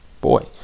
boy